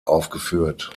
aufgeführt